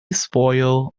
spoiled